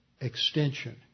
extension